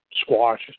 squash